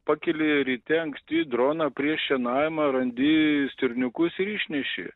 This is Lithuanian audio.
pakeli ryte anksti droną prieš šienavimą randi stirniukus ir išneši